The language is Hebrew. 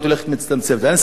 אני אספר לך סיפור.